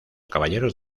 caballeros